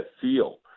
feel